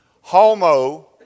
Homo